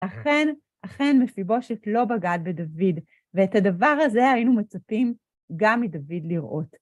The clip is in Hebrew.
אכן, אכן מפיבושת לא בגד בדוד, ואת הדבר הזה היינו מצפים גם מדוד לראות.